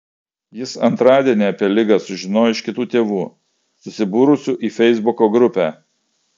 jis antradienį apie ligą sužinojo iš kitų tėvų susibūrusių į feisbuko grupę